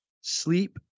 sleep